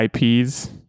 IPs